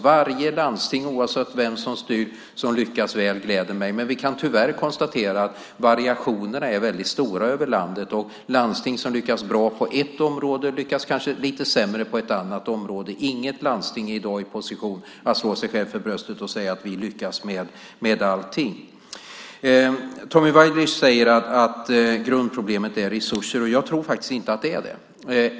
Varje landsting, oavsett vem som styr, som lyckas väl gläder mig, men vi kan tyvärr konstatera att variationerna är väldigt stora över landet, och landsting som lyckas bra på ett område lyckas kanske lite sämre på ett annat område. Inget landsting är i dag i position att slå sig själv för bröstet och säga att man lyckas med allting. Tommy Waidelich säger att grundproblemet är resurser, men jag tror faktiskt inte att det är det.